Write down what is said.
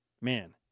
Man